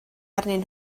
arnyn